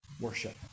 Worship